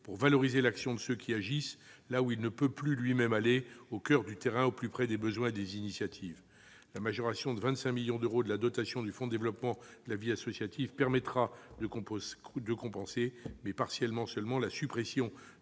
pour valoriser l'action de ceux qui agissent là où il ne peut lui-même aller, au coeur du terrain, au plus près des besoins et des initiatives. La majoration de 25 millions d'euros de la dotation du Fonds pour le développement de la vie associative permettra de compenser, partiellement seulement, la suppression